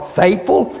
faithful